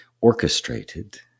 orchestrated